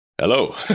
Hello